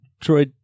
Troy